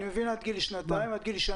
עד גיל שנה